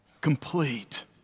complete